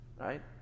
Right